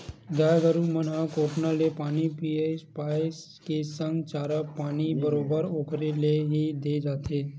गाय गरु मन ल कोटना ले ही पानी पसिया पायए के संग चारा पानी बरोबर ओखरे ले ही देय जाथे